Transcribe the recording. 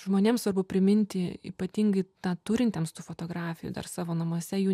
žmonėms svarbu priminti ypatingai na turintiems tų fotografijų dar savo namuose jų